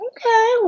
Okay